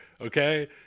Okay